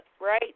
right